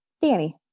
Danny